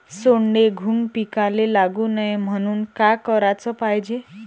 सोंडे, घुंग पिकाले लागू नये म्हनून का कराच पायजे?